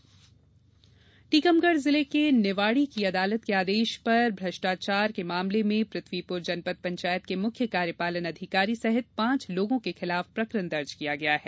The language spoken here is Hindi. भ्रष्टाचार टीकमगढ जिले के निवाडी की अदालत के आदेश पर भ्रष्टाचार के मामले में पृथ्वीपुर जनपद पंचायत के मुख्य कार्यपालन अधिकारी सीईओ सहित पांच लोगों के खिलाफ प्रकरण दर्ज किया है